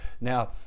Now